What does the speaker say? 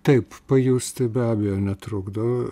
taip pajusti be abejo netrukdo